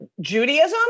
judaism